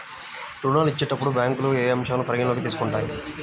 ఋణాలు ఇచ్చేటప్పుడు బ్యాంకులు ఏ అంశాలను పరిగణలోకి తీసుకుంటాయి?